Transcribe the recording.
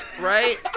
right